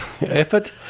effort